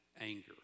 anger